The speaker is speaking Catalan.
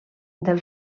del